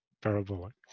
parabolic